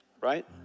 right